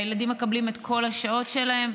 הילדים מקבלים את כל השעות שלהם.